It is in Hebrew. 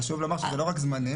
חשוב לומר שזה לא רק זמנים,